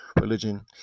religion